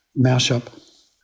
mashup